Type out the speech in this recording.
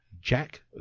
Jack